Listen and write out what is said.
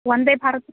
Vande Bharat